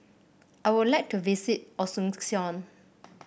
I would like to visit Asuncion